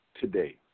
today